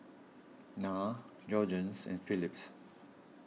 Nan Jergens and Philips